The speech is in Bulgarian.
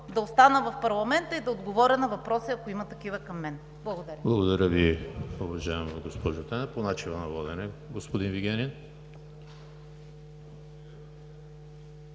да остана в парламента и да отговоря на въпроси, ако има такива към мен. Благодаря.